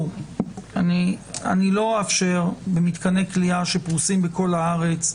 אני לא אאפשר במתקני כליאה שפרוסים בכל הארץ,